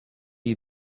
you